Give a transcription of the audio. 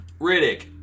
Riddick